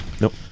Nope